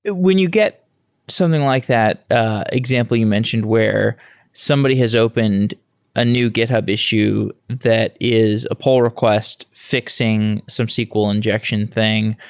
when you get something like that example you mentioned where somebody has opened a new github issue that is a pull request fi xing some sql injection thing,